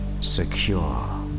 secure